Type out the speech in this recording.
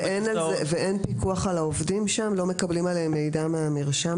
ואין פיקוח על העובדים שם והיום לא מקבלים עליהם מידע מהמרשם.